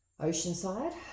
Oceanside